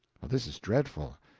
this is dreadful.